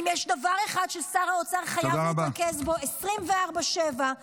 אם יש דבר אחד ששר האוצר חייב להתרכז בו 24/7 -- תודה רבה.